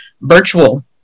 virtual